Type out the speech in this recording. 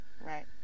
Right